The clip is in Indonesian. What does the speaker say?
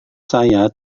saya